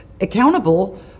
accountable